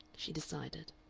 she decided.